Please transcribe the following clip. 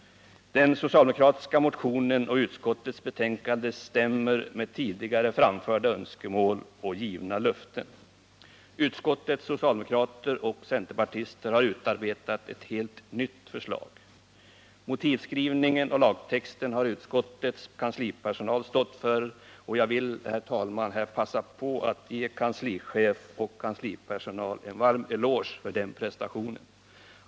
Den socialdemokratiska motionen och utskottets betänkande stämmer med tidigare framförda önskemål och givna löften. Utskottets socialdemokrater och centerpartister har utarbetat ett helt nytt lagförslag. Motivskrivningen och lagtexten har utskottets kanslipersonal stått för, och jag vill, herr talman, här passa på att ge kanslichef och kanslipersonal en varm eloge för den prestationen.